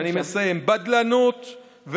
בדלנות,